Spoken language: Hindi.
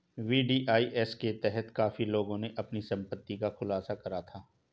वी.डी.आई.एस के तहत काफी लोगों ने अपनी संपत्ति का खुलासा करा था